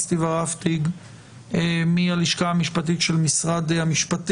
אסתי ורהפטיג מהלשכה המשפטית של משרד הבריאות.